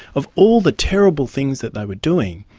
of all the terrible things that they were doing,